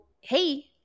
hey